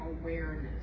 awareness